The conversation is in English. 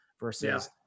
versus